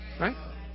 Right